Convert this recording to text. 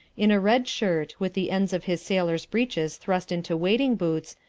in a red shirt, with the ends of his sailor's breeches thrust into wading-boots,